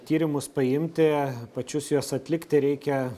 tyrimus paimti pačius juos atlikti reikia